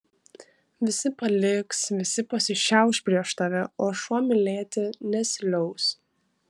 visi paliks visi pasišiauš prieš tave o šuo mylėti nesiliaus